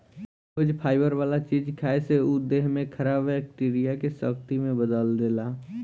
रोज fibre वाला चीज खाए से उ देह में खराब बैक्टीरिया के शक्ति में बदल देला